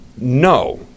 No